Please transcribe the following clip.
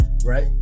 Right